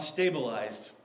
Stabilized